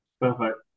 perfect